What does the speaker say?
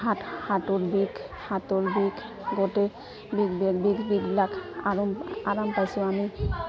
হাত হাতৰ বিষ হাতৰ বিষ গোটেই বিষ বিষ বিষবিলাক আৰম আৰাম পাইছোঁ আমি